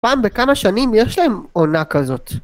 פעם בכמה שנים יש להם עונה כזאת